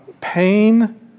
pain